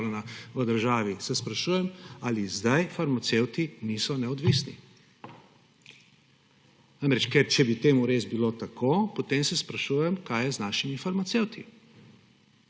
v državi, sprašujem, ali sedaj farmacevti niso neodvisni. Namreč, ker če bi res bilo tako, potem se sprašujem, kaj je z našimi farmacevti.